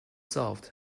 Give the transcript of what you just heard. solved